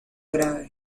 grave